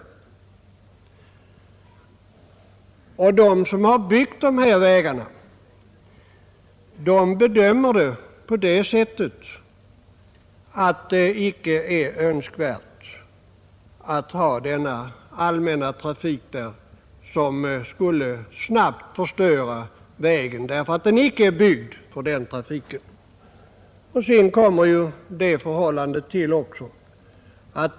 De som har byggt dessa vägar anser givetvis i anledning därav att det inte är önskvärt med allmän trafik, som snabbt skulle förstöra vägarna eftersom dessa icke tål en sådan trafik.